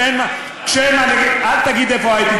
כשאין מה, איפה היית?